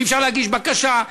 אי-אפשר להגיש בקשה,